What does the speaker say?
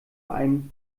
einem